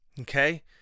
Okay